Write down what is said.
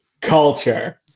culture